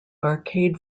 arcade